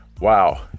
Wow